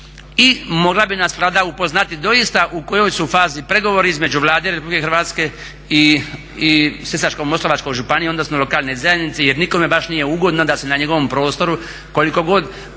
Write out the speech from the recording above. i mogla bi nas Vlada upoznati doista u kojoj su fazi pregovori između Vlade Republike Hrvatske i Sisačko-moslavačke županije, odnosno lokalne zajednice jer nikome baš nije ugodno da se na njegovom prostoru koliko god postojali